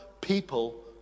people